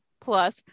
plus